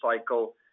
cycle